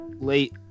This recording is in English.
late